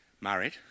married